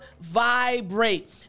vibrate